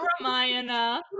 Ramayana